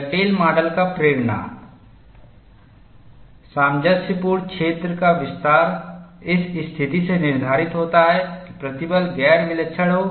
Dugdale model का प्रेरणा सामंजस्यपूर्ण क्षेत्र का विस्तार इस स्थिति से निर्धारित होता है कि प्रतिबल गैर विलक्षण हो